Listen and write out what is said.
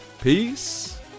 Peace